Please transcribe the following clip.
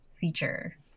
feature